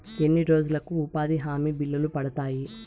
ఎన్ని రోజులకు ఉపాధి హామీ బిల్లులు పడతాయి?